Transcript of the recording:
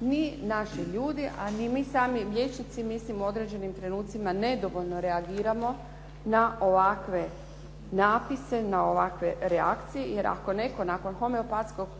mi naši ljudi, a ni mi sami liječnici mislimo u određenim trenucima nedovoljno reagiramo na ovakve napise, na ovakve reakcije. Jer ako netko nakon homeopatskog